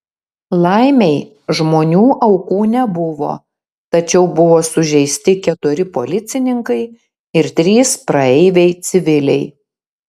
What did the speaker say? laimei žmonių aukų nebuvo tačiau buvo sužeisti keturi policininkai ir trys praeiviai civiliai